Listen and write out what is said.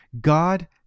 God